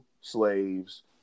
slaves